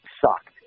sucked